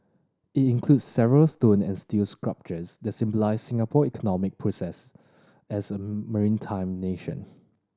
it includes several stone and steel sculptures that symbolise Singapore economic process as a maritime nation